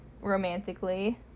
romantically